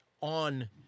on